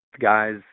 guys